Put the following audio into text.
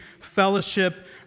fellowship